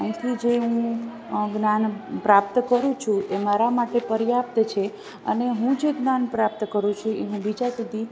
અહીંથી જે હું જ્ઞાન પ્રાપ્ત કરું છું એ મારા માટે પર્યાપ્ત છે અને હું જે જ્ઞાન પ્રાપ્ત કરું છું ઇ હું બીજા સુધી